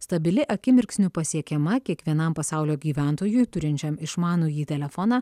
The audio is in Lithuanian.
stabili akimirksniu pasiekiama kiekvienam pasaulio gyventojui turinčiam išmanųjį telefoną